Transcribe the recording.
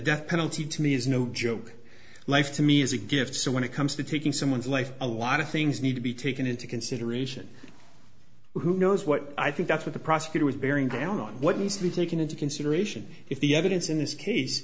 death penalty to me is no joke life to me is a gift so when it comes to taking someone's life a lot of things need to be taken into consideration who knows what i think that's what the prosecutor is bearing down on what needs to be taken into consideration if the evidence in this case